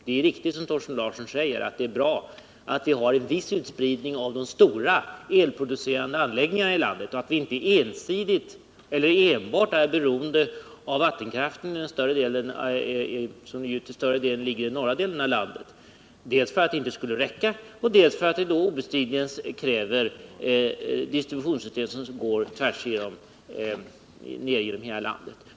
Det är riktigt som Thorsten Larsson säger, att det är bra att ha en viss utspridning av de stora elproducerande anläggningarna i landet och inte enbart vara beroende av vattenkraften, som ju till större delen finns i norra delen av landet. Dels räcker den ju inte till, dels kräver den obestridligen ett distributionssystem som går ner genom hela landet.